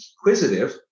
inquisitive